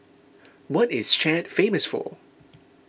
what is Chad famous for